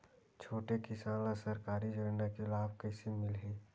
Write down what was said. छोटे किसान ला सरकारी योजना के लाभ कइसे मिलही?